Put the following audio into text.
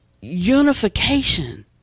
unification